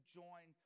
join